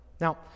now